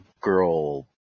girl